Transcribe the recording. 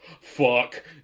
fuck